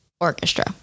orchestra